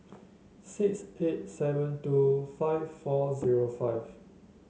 six eight seven two five four zero five